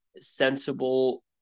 Sensible